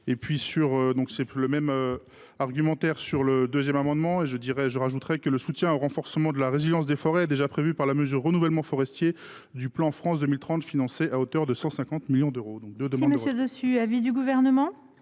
d’euros. Le même argumentaire vaut pour l’amendement n° II 629 rectifié : le soutien au renforcement de la résilience des forêts est déjà prévu par la mesure « renouvellement forestier » du plan France 2030, financée à hauteur de 150 millions d’euros.